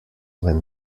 when